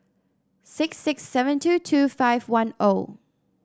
six six seven two two five one O